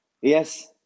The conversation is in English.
Yes